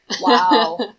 Wow